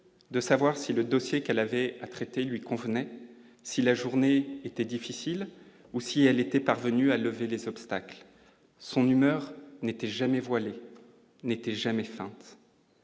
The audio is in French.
de savoir si le dossier qu'elle avait à traiter lui convenait si la journée était difficile aussi, elle était parvenue à lever les obstacles son humeur n'était jamais voilées n'était jamais, enfin